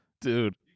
Dude